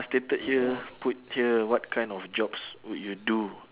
stated here put here what kind of jobs would you do